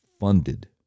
funded